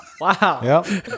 wow